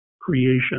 creation